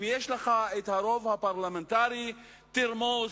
אם יש לך רוב פרלמנטרי, תרמוס,